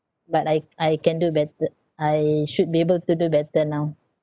but I I can do better I should be able to do better now